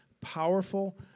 powerful